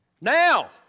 Now